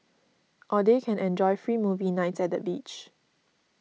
or they can enjoy free movie nights at the beach